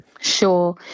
Sure